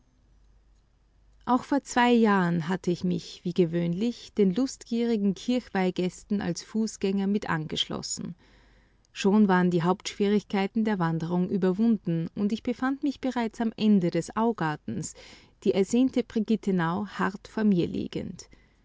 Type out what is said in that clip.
auch vor zwei jahren hatte ich mich wie gewöhnlich den lustgierigen kirchweihgästen als fußgänger mit angeschlossen schon waren die hauptschwierigkeiten der wanderung überwunden und ich befand mich bereits am ende des augartens die ersehnte brigittenau hart vor mir liegend